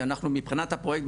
אנחנו מבחינת הפרויקט,